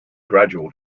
gradual